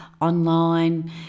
online